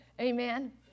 Amen